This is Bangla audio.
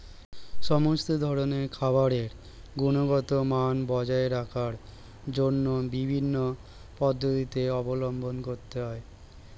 সমস্ত ধরনের খাবারের গুণগত মান বজায় রাখার জন্য বিভিন্ন পদ্ধতি অবলম্বন করতে হয়